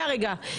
רגע.